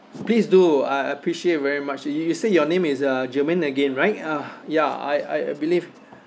please do I appreciate very much you you say your name is uh germaine again right uh ya I I I believe